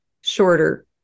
shorter